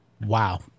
Wow